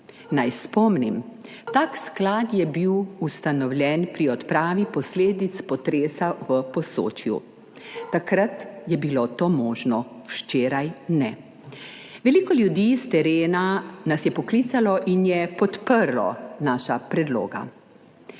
Naj spomnim, tak sklad je bil ustanovljen pri odpravi posledic potresa v Posočju. Takrat je bilo to možno, včeraj ne. Veliko ljudi s terena nas je poklicalo in je podprlo naša predloga,